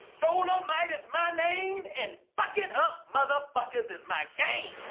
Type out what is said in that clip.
dolemite is my name, and fuckin' up motherfuckers is my game.